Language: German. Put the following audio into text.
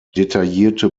detaillierte